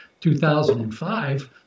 2005